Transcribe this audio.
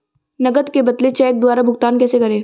नकद के बदले चेक द्वारा भुगतान कैसे करें?